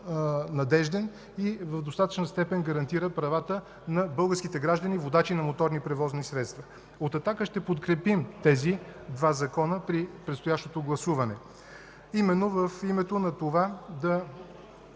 надежден и в достатъчна степен гарантира правата на българските граждани – водачи на моторни превозни средства. От „Атака” ще подкрепим тези два законопроекта при предстоящото гласуване, именно в името на това да